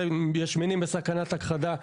יש מינים בסכנת הכחדה,